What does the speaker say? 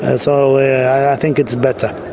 ah so i think it's better.